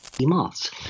moths